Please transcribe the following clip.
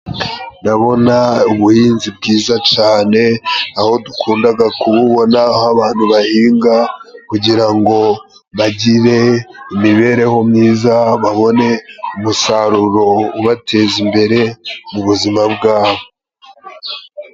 Ndabona ubuhinzi bwiza cane, aho dukundaga kububona aho abantu bahingaga kugira ngo bagire imibereho myiza, babone umusaruro ubateza imbere mubu buzima bwabo.